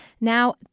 Now